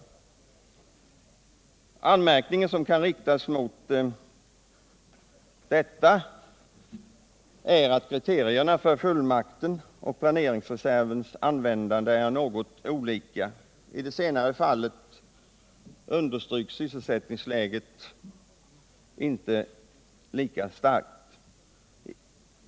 Den anmärkning som kan riktas mot detta är att kriterierna för fullmaktens och planeringsreservens användande är något olika. I det senare fallet understryks sysselsättningsläget inte lika starkt.